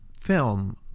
film